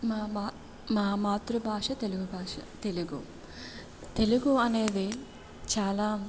మా మా మా మాతృభాష తెలుగు భాష తెలుగు తెలుగు అనేది చాలా